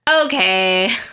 Okay